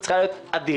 והיא צריכה להיות אדירה,